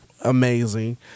amazing